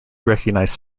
recognised